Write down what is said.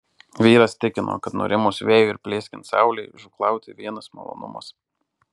vyras tikino kad nurimus vėjui ir plieskiant saulei žūklauti vienas malonumas